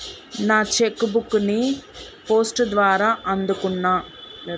నా cheque book ని post ద్వారా అందుకున్నా